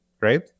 right